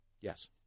Yes